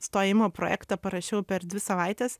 stojimo projektą parašiau per dvi savaites